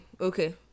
okay